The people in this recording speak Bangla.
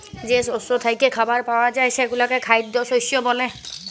যে শস্য থ্যাইকে খাবার পাউয়া যায় সেগলাকে খাইদ্য শস্য ব্যলে